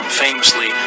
famously